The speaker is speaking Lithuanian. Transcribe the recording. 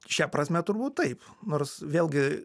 šia prasme turbūt taip nors vėlgi